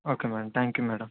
okay madam thank you madam